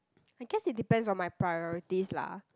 I guess it depends on my priorities lah